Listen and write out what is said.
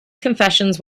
confessions